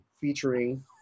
featuring